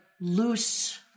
loose